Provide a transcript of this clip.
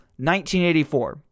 1984